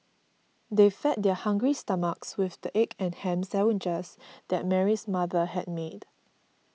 they fed their hungry stomachs with the egg and ham sandwiches that Mary's mother had made